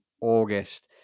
august